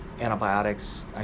antibiotics